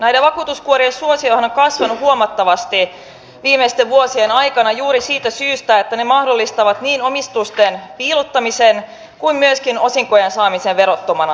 näiden vakuutuskuorien suosiohan on kasvanut huomattavasti viimeisten vuosien aikana juuri siitä syystä että ne mahdollistavat niin omistusten piilottamisen kuin myöskin osinkojen saamisen verottomana